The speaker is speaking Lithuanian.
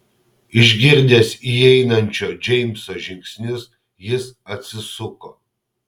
išgirdęs įeinančio džeimso žingsnius jis atsisuko